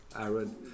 Aaron